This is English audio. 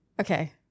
Okay